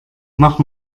mach